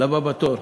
לבא בתור.